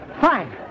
Fine